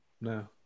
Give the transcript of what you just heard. No